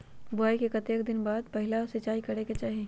बोआई के कतेक दिन बाद पहिला सिंचाई करे के चाही?